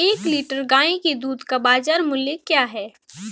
एक लीटर गाय के दूध का बाज़ार मूल्य क्या है?